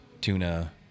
tuna